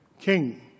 king